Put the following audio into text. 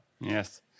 Yes